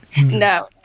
No